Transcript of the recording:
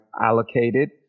allocated